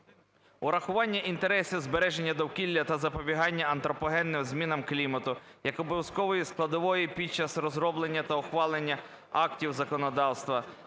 врахування інтересів збереження довкілля та запобігання антропогенним змінам клімату як обов'язкової складової під час розроблення та ухвалення актів законодавства.